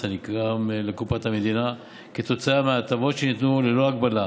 הנגרם לקופת המדינה כתוצאה מההטבות שניתנו ללא הגבלה.